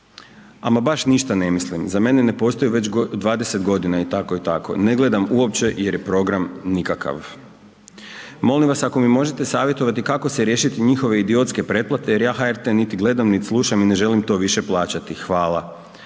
Ama baš ništa ne mislim za mene ne postoje već 20 godina i tako i tako. Ne gledam uopće jer je program nikakav. Molim vas ako me možete savjetovati kako se riješiti njihove idiotske pretplate jer ja HRT niti gledam, niti slušam i ne želim to više plaćati. Hvala.